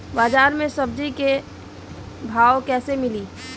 बाजार मे सब्जी क भाव कैसे मिली?